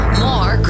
more